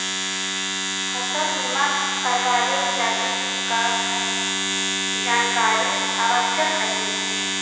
फसल बीमा करावे लगी का का जानकारी आवश्यक हइ?